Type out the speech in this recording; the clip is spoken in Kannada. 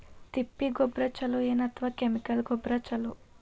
ತಿಪ್ಪಿ ಗೊಬ್ಬರ ಛಲೋ ಏನ್ ಅಥವಾ ಕೆಮಿಕಲ್ ಗೊಬ್ಬರ ಛಲೋ?